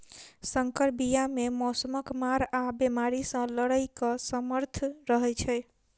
सँकर बीया मे मौसमक मार आ बेमारी सँ लड़ैक सामर्थ रहै छै